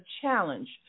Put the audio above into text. challenge